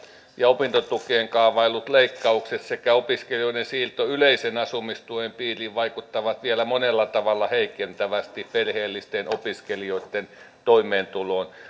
ja opintotukeen kaavaillut leikkaukset sekä opiskelijoiden siirto yleisen asumistuen piiriin vaikuttavat vielä monella tavalla heikentävästi perheellisten opiskelijoitten toimeentuloon